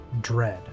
dread